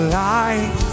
light